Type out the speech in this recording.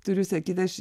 turiu sakyt aš